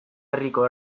herriko